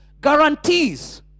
guarantees